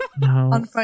No